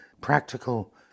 practical